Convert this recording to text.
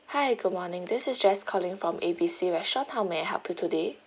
hi good morning this is jess calling from A B C restaurant how may I help you today